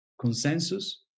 consensus